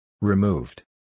Removed